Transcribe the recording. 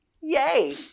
Yay